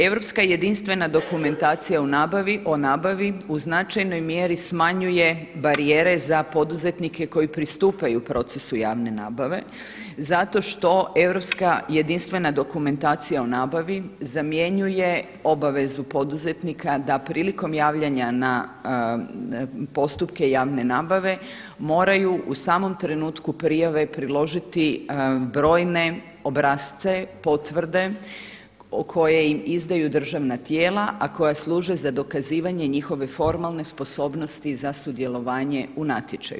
Europska jedinstvena dokumentacija o nabavi u značajnoj mjeri smanjuje barijere za poduzetnike koji pristupaju procesu javne nabave zato što europska jedinstvena dokumentacija o nabavi zamjenjuje obavezu poduzetnika da prilikom javljanja na postupke javne nabave moraju u samom trenutku prijave priložiti brojne obrasce, potvrde koje im izdaju državna tijela, a koja služe za dokazivanje njihove formalne sposobnosti za sudjelovanje u natječaju.